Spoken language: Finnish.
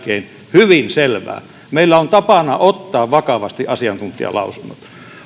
hyvin selvää meillä on tapana ottaa vakavasti asiantuntijalausunnot